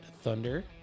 Thunder